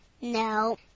No